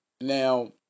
Now